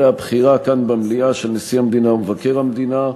הבחירה של נשיא המדינה ומבקר המדינה.